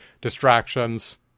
distractions